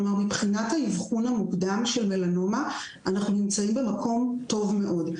כלומר מבחינת האבחון המוקדם של המלנומה אנחנו נמצאים במקום טוב מאוד,